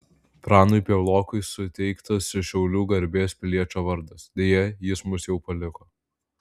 pranui piaulokui suteiktas šiaulių garbės piliečio vardas deja jis mus jau paliko